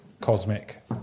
cosmic